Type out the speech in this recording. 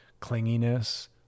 Clinginess